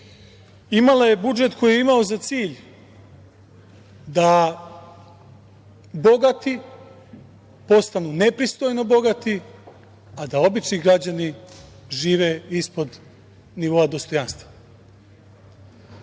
imala je budžet koji je imao za cilj da bogati postanu nepristojno bogati, a da obični građani žive ispod dostojanstva. Završni